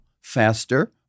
faster